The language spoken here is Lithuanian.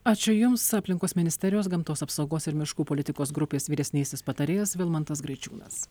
ačiū jums aplinkos ministerijos gamtos apsaugos ir miškų politikos grupės vyresnysis patarėjas vilmantas greičiūnas